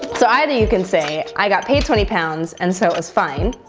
so either you can say i got paid twenty pounds. and so it was fine.